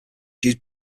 used